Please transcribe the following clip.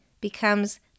becomes